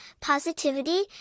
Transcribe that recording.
positivity